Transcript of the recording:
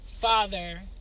father